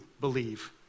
believe